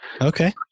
Okay